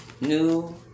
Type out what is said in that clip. new